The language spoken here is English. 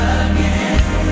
again